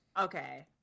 Okay